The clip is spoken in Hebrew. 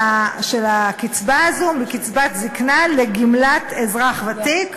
הקצבה הזאת מקצבת זיקנה לגמלת אזרח ותיק.